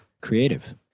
creative